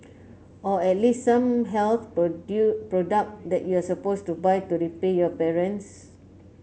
or at least some health product that you're supposed to buy to repay your parents